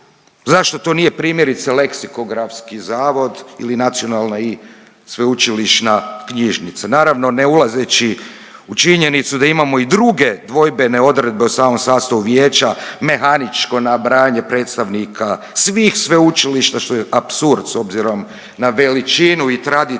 Zašto to nije primjerice Leksikografski zavod ili Nacionalni i sveučilišna knjižnica? Naravno ne ulazeći u činjenicu da imamo i druge dvojbene odredbe o samom sastavu vijeća mehaničko nabrajanje predstavnika svih sveučilišta što je apsurd s obzirom na veličinu i tradiciju